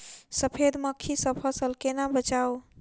सफेद मक्खी सँ फसल केना बचाऊ?